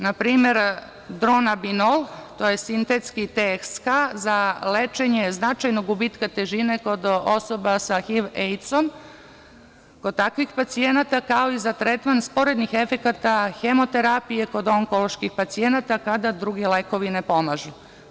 Na primer „dronabinol“, to je sintetski TSH za lečenje značajnog gubitka težine kod osoba sa HIV, AIDS-om, kod takvih pacijenata kao i za tretman sporednih efekata hemoterapija kod onkoloških pacijenata, kada drugi lekovi ne pomažu.